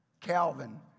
Calvin